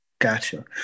gotcha